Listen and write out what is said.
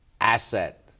asset